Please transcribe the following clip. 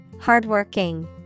Hardworking